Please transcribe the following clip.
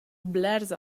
blers